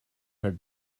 her